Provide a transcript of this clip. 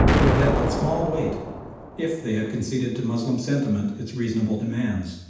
would have had but small weight if they had conceded to moslem sentiment its reasonable demands.